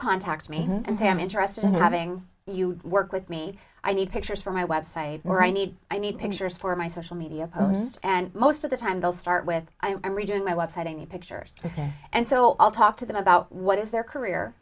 contact me and say i'm interested in having you work with me i need pictures for my website or i need i need pictures for my social media post and most of the time they'll start with i'm redoing my website any pictures and so i'll talk to them about what is their career